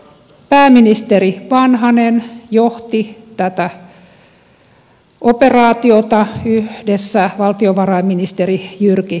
pääministeri vanhanen johti tätä operaatiota yhdessä valtiovarainministeri jyrki kataisen kanssa